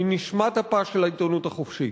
שהיא נשמת אפה של העיתונות החופשית.